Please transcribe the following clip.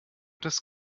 des